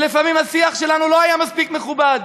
ולפעמים השיח שלנו לא היה מספיק מכובד.